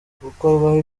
gukorwaho